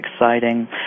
exciting